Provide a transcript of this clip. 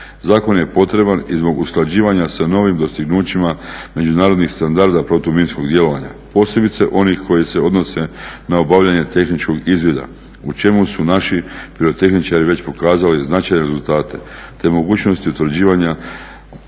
Zakon je potreban i zbog usklađivanja sa novim dostignućima međunarodnih standarda protuminskog djelovanja posebice onih koji se odnose na obavljanje tehničkog izvida u čemu su naši pirotehničari već pokazali značajne rezultate te mogućnosti utvrđivanja